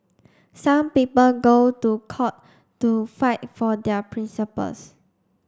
some people go to court to fight for their principles